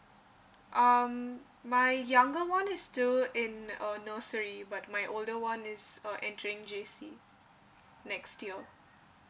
um my younger [one] is still in a nursery but my older [one] is uh entering J_C next year